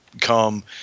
come